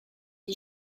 die